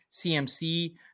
CMC